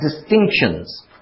distinctions